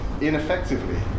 ineffectively